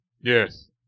Yes